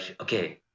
okay